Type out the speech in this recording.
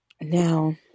Now